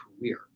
career